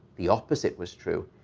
the opposite was true.